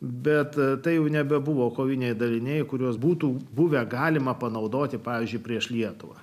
bet tai jau nebebuvo koviniai daliniai kuriuos būtų buvę galima panaudoti pavyzdžiui prieš lietuvą